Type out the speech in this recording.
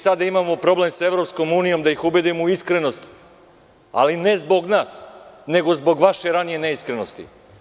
Sada imamo problem sa EU da ih ubedimo u iskrenost, ali ne zbog nas, nego zbog vaše ranije neiskrenosti.